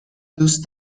دوست